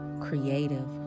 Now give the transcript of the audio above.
creative